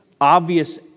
obvious